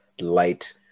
light